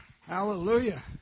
Hallelujah